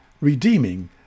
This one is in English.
redeeming